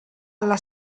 alla